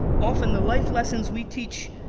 often the life lessons we teach,